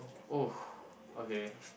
oh okay